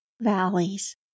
valleys